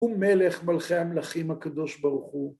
ומלך מלכי המלכים הקדוש ברוך הוא.